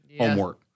homework